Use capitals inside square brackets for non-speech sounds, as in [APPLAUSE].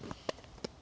[NOISE]